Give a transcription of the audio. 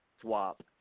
swap